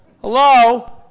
Hello